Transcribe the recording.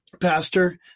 pastor